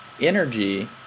energy